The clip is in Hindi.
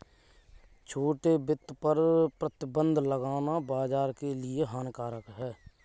छोटे वित्त पर प्रतिबन्ध लगाना बाज़ार के लिए हानिकारक होता है